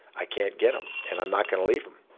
i can't get them, and i'm not going to leave them.